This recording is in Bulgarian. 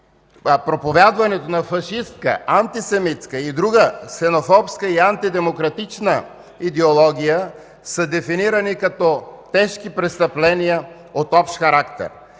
проповядването на фашистка, антисемитска и друга ксенофобска и антидемократична идеология са дефинирани като тежки престъпления от общ характер.